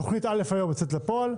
תוכנית א' היום יוצאת לפועל.